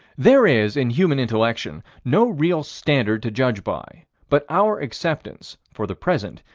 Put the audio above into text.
there is, in human intellection, no real standard to judge by, but our acceptance, for the present,